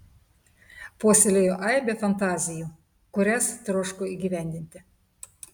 puoselėjo aibę fantazijų kurias troško įgyvendinti